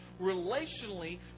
relationally